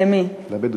למי?